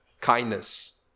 kindness